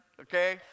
okay